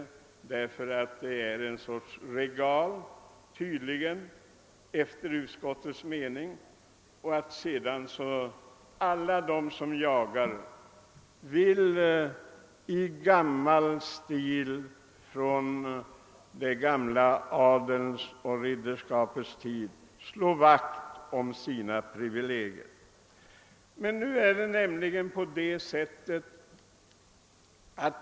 Tydligen är det fråga om en sorts »regale» enligt utskottets mening, och alla de som jagar vill liksom på adelns och ridderskapets tid slå vakt om sina privilegier.